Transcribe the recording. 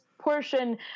portion